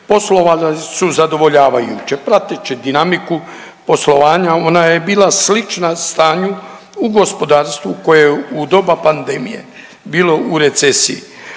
poslovali su zadovoljavajuće, prateći dinamiku poslovanja, ona je bila slična stanju u gospodarstvu koje je u doba pandemije bilo u recesiji.